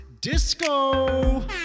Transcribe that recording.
Disco